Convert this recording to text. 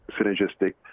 synergistic